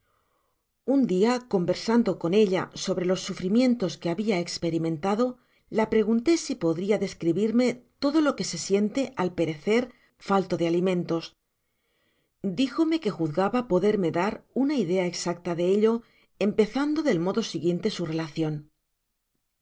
un dia conversando con ella so content from google book search generated at bre los sufrimientos que habia experimentado la pregunté si podria describirme todo lo que se siente al perecer falto de alimentos dijome que juzgaba poderme dar una idea exacta de ello empezando del modo siguiente su relacion